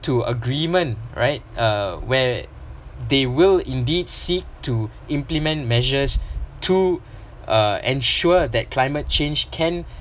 to agreement right uh where they will indeed seek to implement measures to uh ensure that climate change can